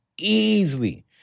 Easily